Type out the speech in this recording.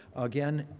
again,